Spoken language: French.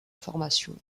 formation